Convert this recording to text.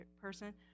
person